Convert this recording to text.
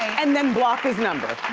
and than block his number,